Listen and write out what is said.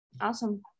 Awesome